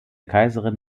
kaiserin